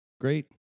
Great